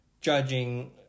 judging